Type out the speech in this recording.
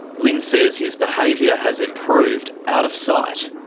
lyn says his behaviour has improved out of sight.